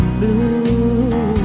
blue